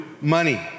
money